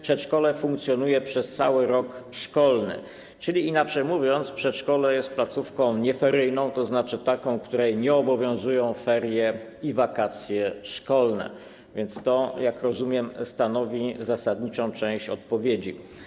Przedszkole funkcjonuje przez cały rok szkolny, czyli inaczej mówiąc, przedszkole jest placówką nieferyjną, tzn. taką, której nie obowiązują ferie ani wakacje szkolne, więc to, jak rozumiem, stanowi zasadniczą część odpowiedzi.